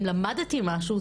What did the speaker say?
אם למדתי משהו,